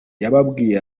yababwiye